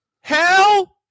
Hell